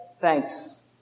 thanks